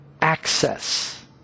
access